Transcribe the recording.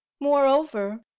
moreover